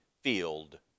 field